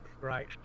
right